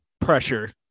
pressure